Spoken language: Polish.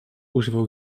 używał